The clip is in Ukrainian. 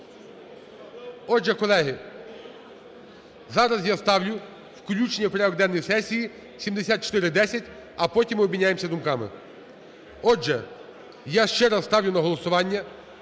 Отже, колеги, зараз я ставлю включення в порядок денний сесії 7410, а потім обміняємося думками. Отже, я ще раз ставлю на голосування